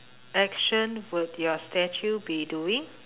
action would your statue be doing